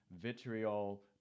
vitriol